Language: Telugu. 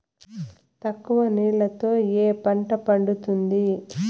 తక్కువ నీళ్లతో ఏ పంట పండుతుంది?